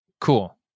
cool